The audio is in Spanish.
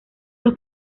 los